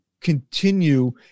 continue